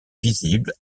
visibles